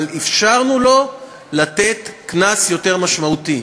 אבל אפשרנו לו לתת קנס יותר משמעותי.